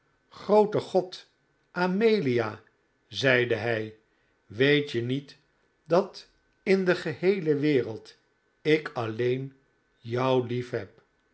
groote god amelia zeide hij weet je niet dat in de geheele wereld ik alleen jou lief